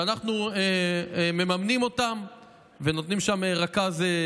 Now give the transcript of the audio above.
שאנחנו מממנים אותם ונותנים רכזים,